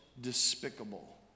despicable